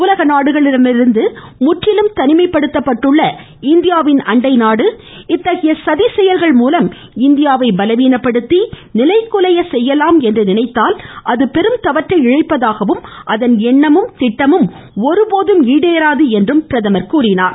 உலக நாடுகளிடமிருந்து முற்றிலும் தனிமைப்படுத்தப்பட்டுள்ள இந்தியாவின் அண்டை நாடு இத்தயை சதி செயல்கள் மூலம் இந்தியாவை பலவீனப்படுத்தி நிலைகுலைய செய்யலாம் என்று நினைத்தால் பெரும் தவற்றை இழைப்பதாகவும் அதன் எண்ணமும் திட்டமும் ஒருபோது ஈடேறாது என்றும் கூறியுள்ளார்